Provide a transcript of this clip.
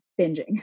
binging